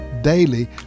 Daily